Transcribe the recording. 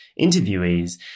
interviewees